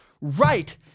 right